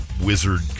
wizard